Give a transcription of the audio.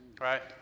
Right